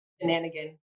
shenanigan